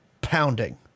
pounding